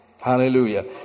hallelujah